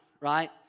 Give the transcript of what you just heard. right